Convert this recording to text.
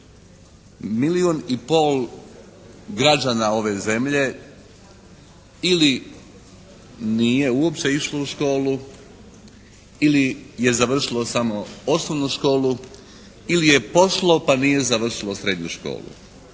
milijun i pol građana ove zemlje ili nije uopće išlo u školu ili je završilo samo osnovnu školu ili pošlo pa nije završilo srednju školu.